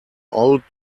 old